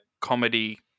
comedy